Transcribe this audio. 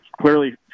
Clearly